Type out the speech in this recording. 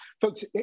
Folks